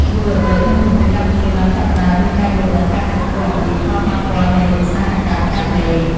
យុវវ័យក្នុងប្រទេសកម្ពុជាបានចាប់ផ្តើមមានការយល់ដឹងកាន់តែខ្ពស់អំពីផលប៉ះពាល់នៃឧស្សាហកម្មកាត់ដេរ។